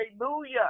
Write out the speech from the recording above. Hallelujah